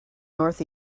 north